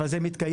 אבל זה מתקיים.